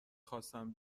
خواستم